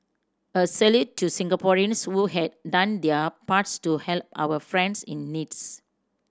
a salute to Singaporean's who had done their parts to help our friends in needs